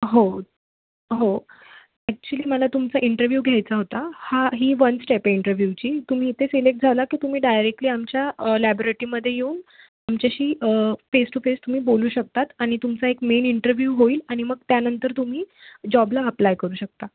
हो हो ॲक्च्युली मला तुमचा इंटरव्यू घ्यायचा होता हा ही वन स्टेप आहे इंटरव्यूची तुम्ही इथे सिलेक्ट झाला की तुम्ही डायरेकली आमच्या लायब्रटीमध्ये येऊन आमच्याशी फेस टू फेस तुम्ही बोलू शकतात आणि तुमचा एक मेन इंटरव्ह्यू होईल आणि मग त्यानंतर तुम्ही जॉबला अप्लाय करू शकता